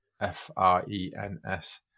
F-R-E-N-S